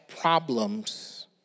problems